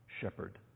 shepherd